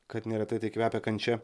kad neretai tai kvepia kančia